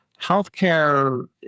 healthcare